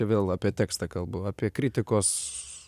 vėl apie tekstą kalbu apie kritikos